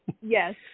Yes